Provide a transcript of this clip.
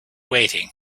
waiting